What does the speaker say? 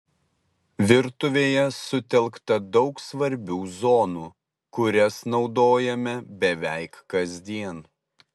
virtuvėje sutelkta daug svarbių zonų kurias naudojame beveik kasdien